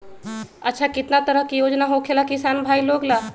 अच्छा कितना तरह के योजना होखेला किसान भाई लोग ला?